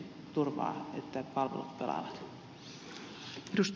arvoisa puhemies